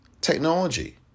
technology